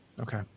Okay